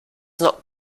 not